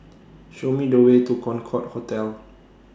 Show Me The Way to Concorde Hotel